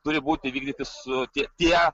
turi būti vykdyti su tie tie